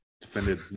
defended